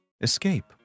Escape